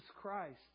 Christ